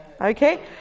okay